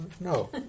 No